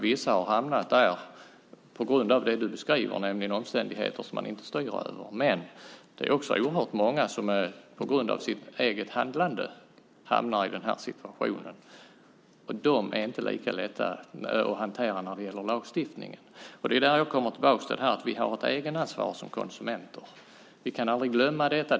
Vissa har hamnat där på grund av det som du beskriver, nämligen omständigheter som de inte styr över. Men det är också oerhört många som på grund av sitt eget handlande hamnar i den här situationen, och de är inte lika lätta att hantera när det gäller lagstiftningen. Det är där jag kommer tillbaka till att vi har ett egenansvar som konsumenter. Vi kan aldrig glömma detta.